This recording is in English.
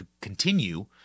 continue